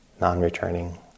non-returning